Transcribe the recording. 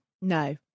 No